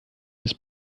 bis